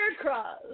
Cross